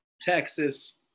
Texas